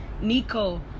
Nico